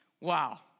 Wow